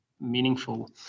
meaningful